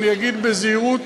אני אגיד בזהירות,